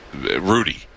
Rudy